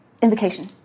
Invocation